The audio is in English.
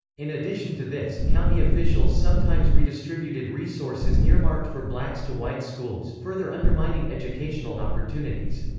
in addition to this, county officials sometimes redistributed resources earmarked for blacks to white schools, further undermining educational opportunities.